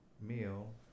meal